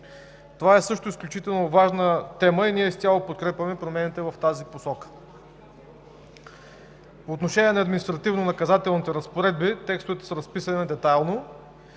Това също е изключително важна тема и ние изцяло подкрепяме промените в тази посока. По отношение на административнонаказателните разпоредби текстовете са разписани детайлно.